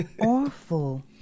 awful